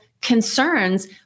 concerns